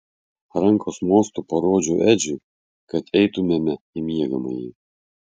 rankos mostu parodžiau edžiui kad eitumėme į miegamąjį